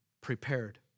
prepared